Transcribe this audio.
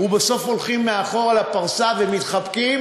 ובסוף הולכים מאחורה לפרסה ומתחבקים